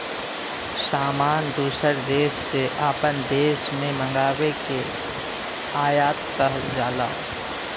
सामान दूसर देस से आपन देश मे मंगाए के आयात कहल जाला